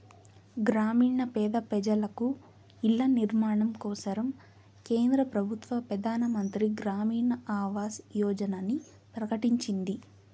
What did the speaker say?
గ్రామీణ పేద పెజలకు ఇల్ల నిర్మాణం కోసరం కేంద్ర పెబుత్వ పెదానమంత్రి గ్రామీణ ఆవాస్ యోజనని ప్రకటించింది